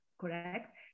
correct